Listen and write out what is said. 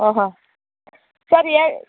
ಹಾಂ ಹಾಂ ಸರ್ ಯೇ